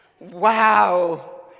Wow